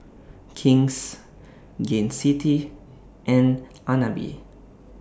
King's Gain City and Agnes B